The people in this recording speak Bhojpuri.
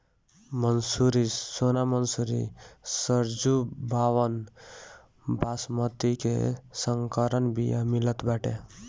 मंसूरी, सोना मंसूरी, सरजूबावन, बॉसमति के संकर बिया मितल बाटे